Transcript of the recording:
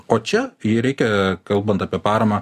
o čia jai reikia kalbant apie paramą